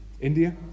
india